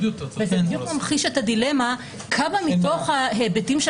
וזה בדיוק ממחיש את הדילמה כמה מתוך ההיבטים של